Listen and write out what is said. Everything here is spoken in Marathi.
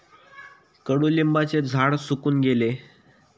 कडुलिंबाचे झाड सुकून गेले